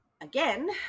again